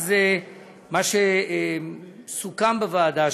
אז מה שסוכם בוועדה,